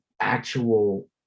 actual